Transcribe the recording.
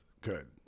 good